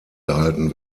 gehalten